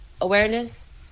Awareness